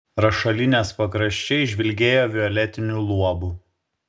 rašalinės pakraščiai žvilgėjo violetiniu luobu